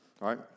right